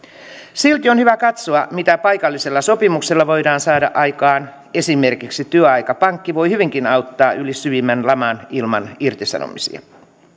silti on hyvä katsoa mitä paikallisella sopimuksella voidaan saada aikaan esimerkiksi työaikapankki voi hyvinkin auttaa yli syvimmän laman ilman irtisanomisia